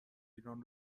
ایران